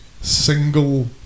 single